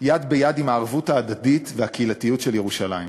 יד ביד עם הערבות ההדדית והקהילתיות ושל ירושלים,